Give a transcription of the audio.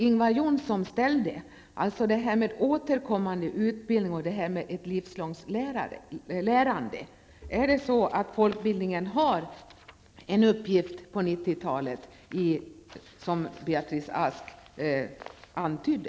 Ingvar Johnsson ställde tidigare en fråga om återkommande utbildning och ett livslångt lärande. Har folkbildningen en uppgift på 1990-talet, som Beatrice Ask antydde?